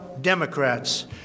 Democrats